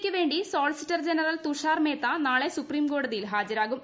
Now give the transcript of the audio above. യ്ക്കു വേണ്ടി solicitor general Tushar Mehta നാളെ supreme കോടതിയിൽ ഹാജരാകും